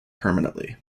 permanently